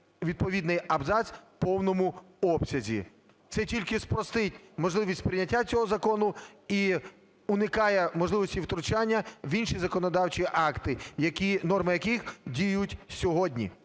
відповідний абзац в повному обсязі. Це тільки спростить можливість прийняття цього закону і уникає можливості втручання в інші законодавчі акти, норми яких діють сьогодні.